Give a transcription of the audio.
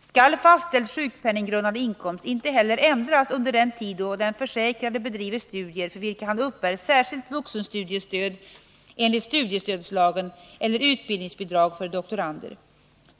skall fastställd sjukpenninggrundande inkomst inte heller ändras under tid då den försäkrade bedriver studier för vilka han uppbär särskilt vuxenstudiestöd enligt studiestödslagen eller utbildningsbidrag för doktorander.